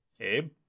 Abe